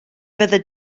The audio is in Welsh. fyddi